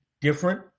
different